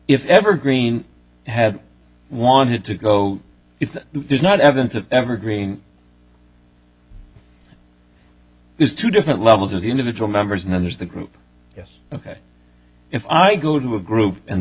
if ever green had wanted to go if there's not evidence of evergreen there's two different levels of the individual members and then there's the group yes ok if i go to a group and